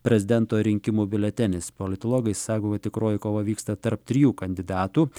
prezidento rinkimų biuletenis politologai sako kad tikroji kova vyksta tarp trijų kandidatų